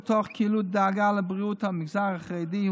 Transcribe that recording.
כאילו מתוך דאגה לבריאות המגזר החרדי,